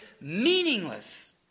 meaningless